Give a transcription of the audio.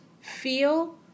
feel